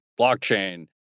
blockchain